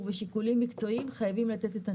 ושיקולים מקצועיים חייבים לתת את הנקודות.